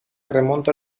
remonta